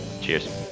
Cheers